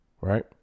Right